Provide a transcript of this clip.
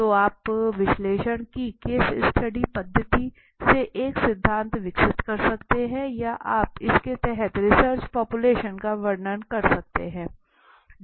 तो आप विश्लेषण की केस स्टडी पद्धति से एक सिद्धांत विकसित कर सकते हैं या आप इसके तहत रिसर्च पापुलेशन का वर्णन कर सकते हैं